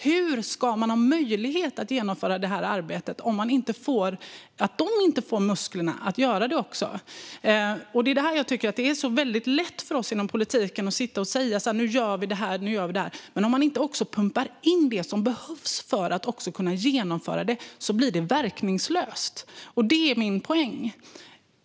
Hur ska de ha möjlighet att genomföra detta arbete om de inte också får musklerna att göra det? Det är så lätt för oss inom politiken att sitta och säga att nu gör vi det här, men min poäng är att om man inte också pumpar in det som behövs för att kunna genomföra det blir det verkningslöst.